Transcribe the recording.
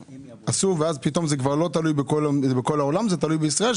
ופתאום זה כבר לא תלוי בכל העולם אלא בישראל,